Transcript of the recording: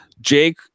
Jake